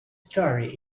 story